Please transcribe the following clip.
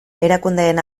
erakundeen